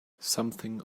something